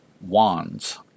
Wands